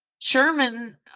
Sherman